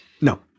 No